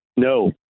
No